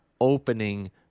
opening